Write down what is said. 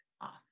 off